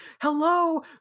hello